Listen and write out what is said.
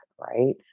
right